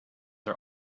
are